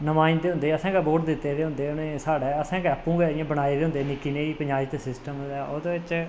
नुमाइंदे होंदे असें गै वोट दित्ते दे होंदे उनेंगी असें आपूं गै इंया निक्की निहीं बनाई दी होंदी पंचायत सिस्टम दा ओह्दे च